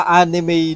anime